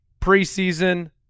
Preseason